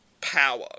power